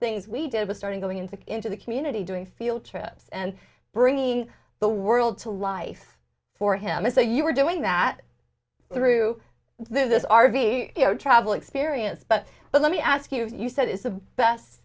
things we did was starting going into into the community doing field trips and bringing the world to life for him and say you were doing that through this r v travel experience but but let me ask you as you said it's the best